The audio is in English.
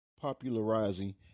popularizing